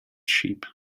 sheep